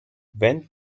went